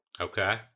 Okay